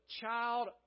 child